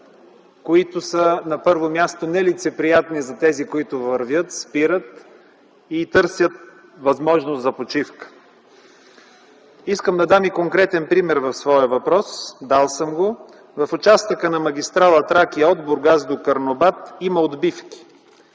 които са на първо място нелицеприятни за тези, които вървят, спират и търсят възможност за почивка. Ще дам и конкретен пример в своя въпрос. Дал съм го. В участъка на магистрала „Тракия” от Бургас до Карнобат има отбивки.